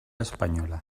española